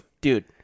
dude